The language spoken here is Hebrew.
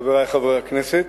חברי חברי הכנסת,